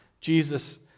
Jesus